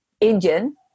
Indian